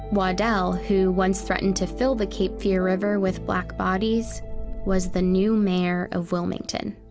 waddell who once threatened to fill the cape fear river with black bodies was the new mayor of wilmington.